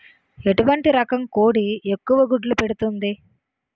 ఎటువంటి రకం కోడి ఎక్కువ గుడ్లు పెడుతోంది?